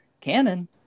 Canon